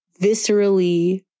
viscerally